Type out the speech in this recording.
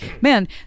man